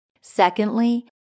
Secondly